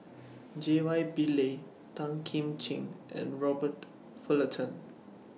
J Y Pillay Tan Kim Ching and Robert Fullerton